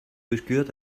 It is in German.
durchquert